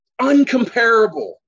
uncomparable